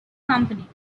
company